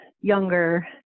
younger